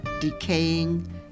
decaying